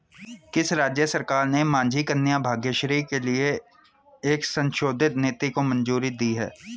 किस राज्य सरकार ने माझी कन्या भाग्यश्री के लिए एक संशोधित नीति को मंजूरी दी है?